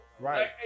Right